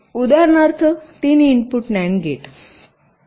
उदाहरणार्थ तीन input NAND gate